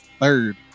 third